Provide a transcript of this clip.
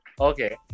Okay